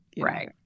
Right